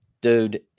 dude